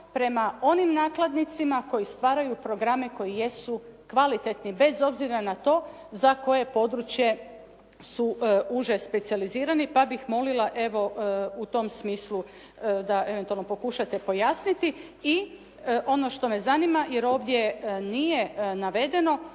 prema onim nakladnicima koji stvaraju programe koji jesu kvalitetni bez obzira na to za koje područje su uže specijalizirani. Pa bih molila evo u tom smislu da eventualno pokušate pojasniti. I ono što me zanima jer ovdje nije navedeno.